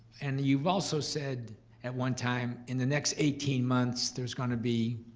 and you've also said at one time in the next eighteen months there's going to be,